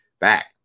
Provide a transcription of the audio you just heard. back